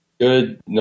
good